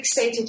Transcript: fixated